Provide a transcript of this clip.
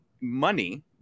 money